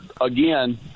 again